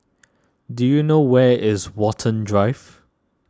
do you know where is Watten Drive